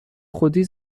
خودی